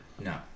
No